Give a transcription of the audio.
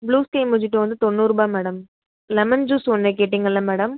blue ஸ்பே mojito வந்து தொண்ணூறுரூபா மேடம் லெமன் ஜூஸ் ஒன்று கேட்டீங்கள்ல மேடம்